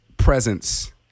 presence